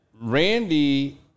Randy